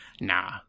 Nah